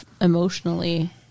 emotionally